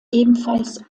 ebenfalls